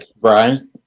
Brian